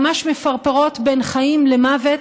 ממש מפרפרות בין חיים למוות.